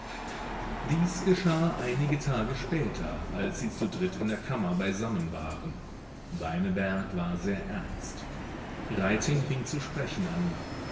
dies geschah einige tage später als sie zu dritt in der kammer beisammen waren beineberg war sehr ernst reiting fing zu sprechen an